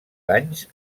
anys